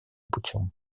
путем